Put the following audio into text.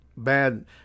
bad